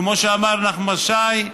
כמו שאמר נחמן שי: